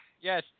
Yes